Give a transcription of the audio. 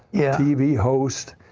yeah tv host,